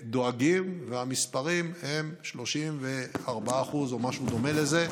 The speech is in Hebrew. דואגים, והמספרים הם 34% או משהו דומה לזה.